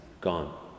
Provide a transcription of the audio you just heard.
gone